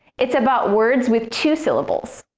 it's about words with two syllables.